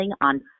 on